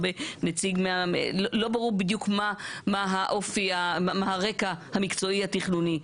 לא ברור בדיוק מה הרקע המקצועי התכנוני,